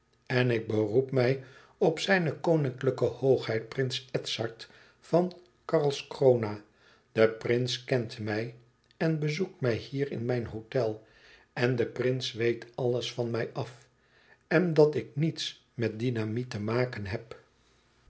en ik beroep mij op zijne koninklijke hoogheid prins edzard van karlskrona de prins kent mij en bezoekt mij hier in mijn hôtel en de prins weet alles van mij af en dat ik niets met dynamiet te maken heb